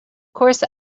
course